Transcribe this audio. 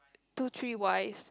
two three wise